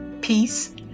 peace